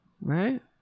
Right